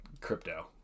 crypto